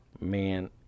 man